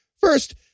first